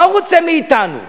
מה הוא רוצה מאתנו?